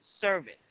service